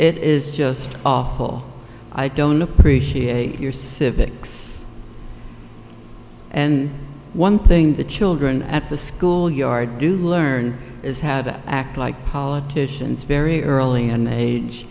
it is just awful i don't appreciate your civics and one thing the children at the schoolyard do learn is how to act like politicians very early an age